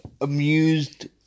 amused